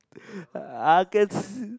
I can't